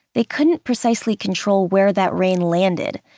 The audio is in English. they couldn't precisely control where that rain landed.